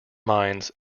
mines